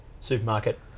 Supermarket